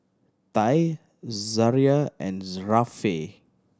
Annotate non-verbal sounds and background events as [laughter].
Ty Zariah and [unintelligible] Rafe